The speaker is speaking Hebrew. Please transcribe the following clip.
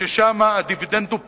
ששם הדיבידנד הוא פטור,